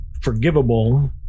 forgivable